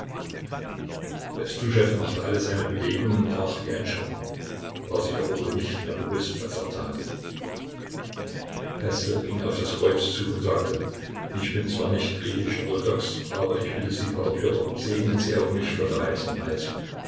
machte alle seine bewegungen nach wie ein schatten war sich aber wohl nicht mehr bewußt was er tat pestel ging auf das kreuz zu und sagte ich bin zwar nicht griechisch orthodox aber ich bitte sie p pjotr segnen sie auch mich vor der weiten reise